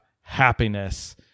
happiness